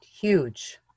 Huge